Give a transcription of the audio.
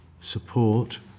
support